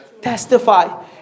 Testify